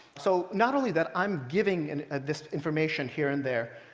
so not only that i'm giving and this information here and there,